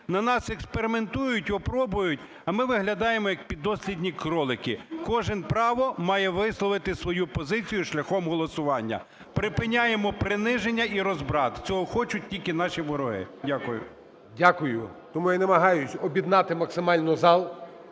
На нас експериментують і апробують, а ми виглядаємо, як піддослідні кролики. Кожен право має висловити свою позицію шляхом голосування. Припиняємо приниження і розбрат, цього хочуть тільки наші вороги. Дякую. ГОЛОВУЮЧИЙ. Дякую. Тому я намагаюсь об'єднати максимально зал,